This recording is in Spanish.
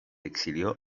exilió